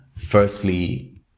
Firstly